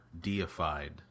deified